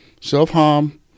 self-harm